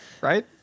right